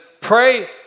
pray